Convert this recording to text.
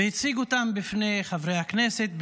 והציג אותם בפני חברי הכנסת,